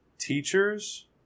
Teachers